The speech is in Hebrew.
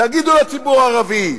תגידו לציבור הערבי: